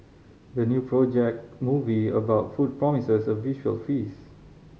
the new project movie about food promises a visual feast